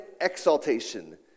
exaltation